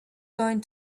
going